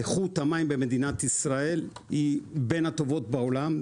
איכות המים במדינת ישראל היא בין הטובות בעולם,